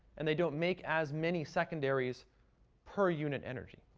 and they don't make as many secondaries per unit energy.